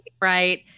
Right